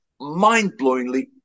mind-blowingly